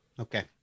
Okay